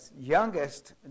youngest